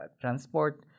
transport